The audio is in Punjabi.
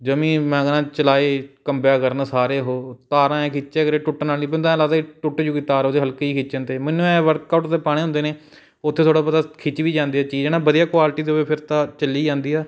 ਜਮਾਂ ਹੀ ਮੈਂ ਕਹਿੰਦਾ ਚਲਾਏ ਕੰਬਿਆਂ ਕਰਨ ਸਾਰੇ ਉਹ ਤਾਰਾਂ ਏ ਖਿੱਚੀਆਂ ਕਰੇ ਟੁੱਟਣ ਵਾਲੀ ਬੰਦਾ ਐਂ ਲੱਗਦਾ ਟੁੱਟ ਜੂਗੀ ਤਾਰ ਉਹਦੇ ਹਲਕੀ ਜਿਹੀ ਖਿੱਚਣ 'ਤੇ ਮੈਨੂੰ ਐਂ ਵਰਕਆਊਟ 'ਤੇ ਪਾਉਣੇ ਹੁੰਦੇ ਨੇ ਉੱਥੇ ਥੋੜ੍ਹਾ ਬਹੁਤਾ ਖਿੱਚ ਵੀ ਜਾਂਦੇ ਚੀਜ਼ ਹੈ ਨਾ ਵਧੀਆ ਕੁਆਲਟੀ ਦੇ ਹੋਵੇ ਫਿਰ ਤਾਂ ਚੱਲੀ ਜਾਂਦੀ ਆ